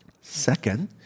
Second